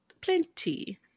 Plenty